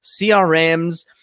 CRMs